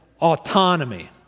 autonomy